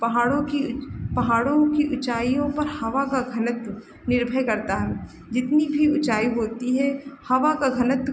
पहाड़ों की पहाड़ों की ऊँचाइयों पर हवा का घनत्व निर्भर करता है जितनी भी ऊँचाई होती है हवा का घनत्व